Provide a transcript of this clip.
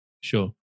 Sure